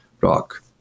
rock